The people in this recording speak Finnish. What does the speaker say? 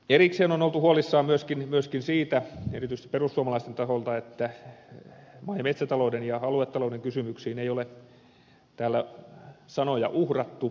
erikseen on oltu huolissaan erityisesti perussuomalaisten taholta myöskin siitä että maa ja metsätalouden ja aluetalouden kysymyksiin ei ole täällä sanoja uhrattu